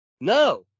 No